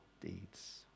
deeds